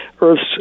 Earth's